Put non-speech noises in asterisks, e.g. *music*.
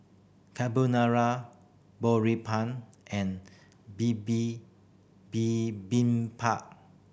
Carbonara *unintelligible* and *unintelligible*